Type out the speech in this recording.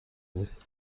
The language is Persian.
بود